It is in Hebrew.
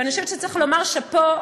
ואני חושבת שצריך לומר שאפו.